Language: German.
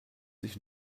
sich